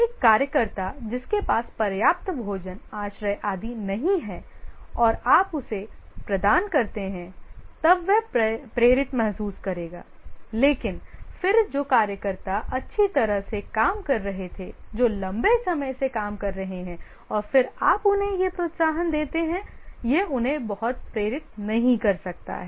एक कार्यकर्ता जिसके पास पर्याप्त भोजन आश्रय आदि नहीं है और आप उसे प्रदान करते हैं तब वह प्रेरित महसूस करेगा लेकिन फिर जो कार्यकर्ता अच्छी तरह से काम कर रहे थे जो लंबे समय से तक काम कर रहे हैं और फिर आप उन्हें ये प्रोत्साहन देते हैं यह उन्हें बहुत प्रेरित नहीं कर सकता है